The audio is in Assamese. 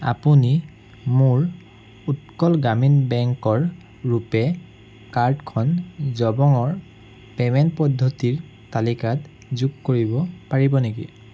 আপুনি মোৰ উৎকল গ্ৰামীণ বেংকৰ ৰুপে কাৰ্ড খন জবঙৰ পে'মেণ্ট পদ্ধতিৰ তালিকাত যোগ কৰিব পাৰিব নেকি